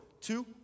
two